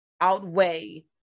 outweigh